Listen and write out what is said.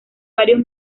varios